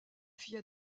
fille